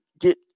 get